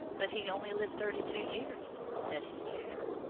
but he only lived thirty-two years, said his tutor.